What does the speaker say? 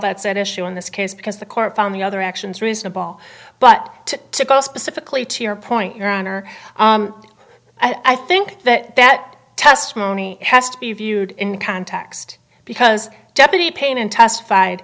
that said issue in this case because the court found the other actions reasonable but to go specifically to your point your honor i think that that testimony has to be viewed in context because deputy pain in testified